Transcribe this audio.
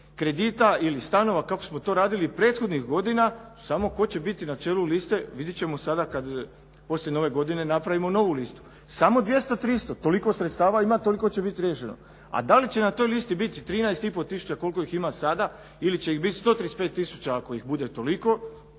kredita ili stanova koko smo to radili prethodnih godina, samo tko će biti na čelu liste vidjet ćemo sada kad poslije Nove godine napravimo novu listu. Samo 200, 300 toliko sredstava ima toliko će biti riješeno, a da li će na toj listi biti 13 i pol tisuća koliko ih ima sada ili će ih biti 135 tisuća ako ih bude toliko